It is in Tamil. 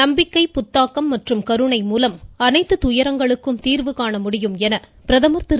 நம்பிக்கை புத்தாக்கம் மற்றும் கருணை மூலம் அனைத்து துயரங்களுக்கும் தீர்வு காண முடியும் என பிரதமர் திரு